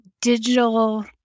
digital